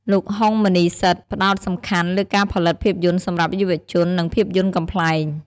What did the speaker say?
លោក ហុង មុន្នីសិដ្ឋ ផ្តោតសំខាន់លើការផលិតភាពយន្តសម្រាប់យុវជន និងភាពយន្តកំប្លែង។